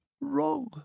wrong